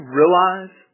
realize